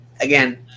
again